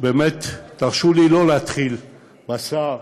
באמת תרשו לי שלא להתחיל בשר,